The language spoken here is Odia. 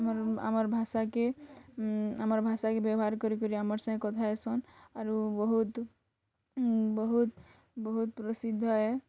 ଆମର୍ ଆମର୍ ଭାଷାକେ ଆମର୍ ଭାଷାକେ ବ୍ୟବହାର୍ କରି କରି ଆମର୍ ସାଙ୍ଗେ କଥାହେସନ୍ ଆରୁ ବହୁତ୍ ବହୁତ୍ ବହୁତ୍ ପ୍ରସିଦ୍ଧ ହେ